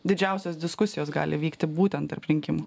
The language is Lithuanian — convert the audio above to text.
didžiausios diskusijos gali vykti būtent tarp rinkimų